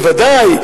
בוודאי,